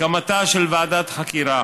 הקמתה של ועדת חקירה